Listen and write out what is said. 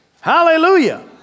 Hallelujah